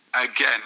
again